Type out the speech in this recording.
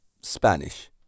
spanish